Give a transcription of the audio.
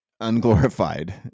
unglorified